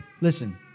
listen